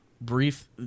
Brief